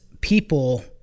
people